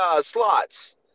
slots